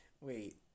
Wait